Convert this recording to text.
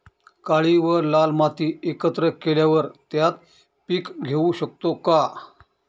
काळी व लाल माती एकत्र केल्यावर त्यात पीक घेऊ शकतो का?